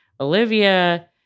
Olivia